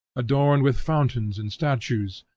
adorned with fountains and statues,